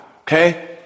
okay